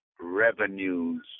revenues